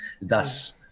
thus